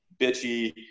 bitchy